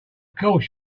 course